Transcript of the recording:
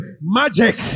Magic